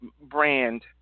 brand